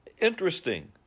Interesting